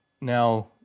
now